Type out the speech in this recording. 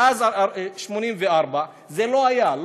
מאז 1984 זה לא היה.